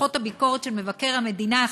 דוחות הביקורת של מבקר המדינה,